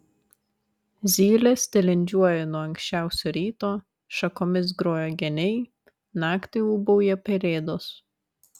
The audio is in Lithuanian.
zylės tilindžiuoja nuo anksčiausio ryto šakomis groja geniai naktį ūbauja pelėdos